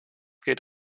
geht